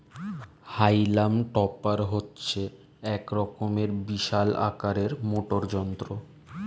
হাইলাম টপার হচ্ছে এক রকমের বিশাল আকারের মোটর যন্ত্র